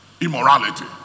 immorality